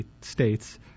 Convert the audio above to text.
states